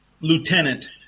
lieutenant